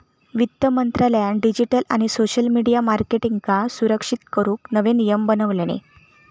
वित्त मंत्रालयान डिजीटल आणि सोशल मिडीया मार्केटींगका सुरक्षित करूक नवे नियम बनवल्यानी